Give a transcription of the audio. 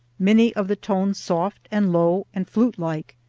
many of the tones soft and low and flute-like,